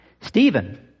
Stephen